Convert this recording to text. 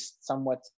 somewhat